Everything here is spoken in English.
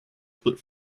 split